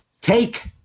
Take